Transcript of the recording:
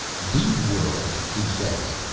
the world! he says.